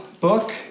book